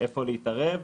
איפה להתערב,